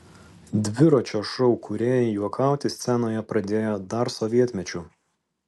dviračio šou kūrėjai juokauti scenoje pradėjo dar sovietmečiu